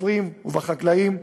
בסופרים ובחקלאים,